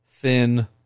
Thin